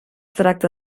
tracta